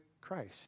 Christ